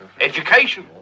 Education